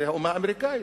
זאת האומה האמריקנית.